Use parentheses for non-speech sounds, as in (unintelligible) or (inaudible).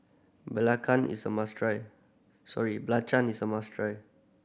belacan is a must try sorry (unintelligible) is a must try